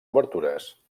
obertures